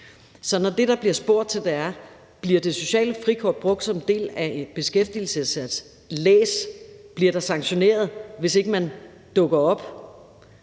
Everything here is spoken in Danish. Så når det, der bliver spurgt til, er, om det sociale frikort bliver brugt som en del af en beskæftigelsesindsats – læs: at man bliver sanktioneret, hvis ikke man dukker op